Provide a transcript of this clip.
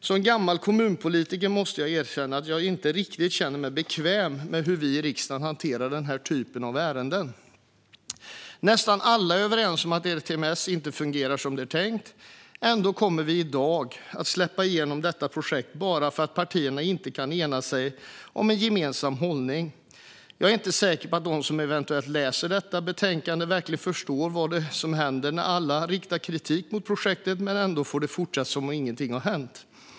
Som gammal kommunpolitiker måste jag erkänna att jag inte riktigt känner mig bekväm med hur vi i riksdagen hanterar den här typen av ärenden. Nästan alla är överens om att ERTMS inte fungerar som det är tänkt. Ändå kommer vi i dag att släppa igenom detta projekt bara för att partierna inte kan ena sig om en gemensam hållning. Jag är inte säker på att de som eventuellt läser detta betänkande verkligen förstår vad som händer när alla riktar kritik mot projektet men att det ändå får fortsätta som om ingenting har hänt.